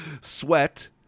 sweat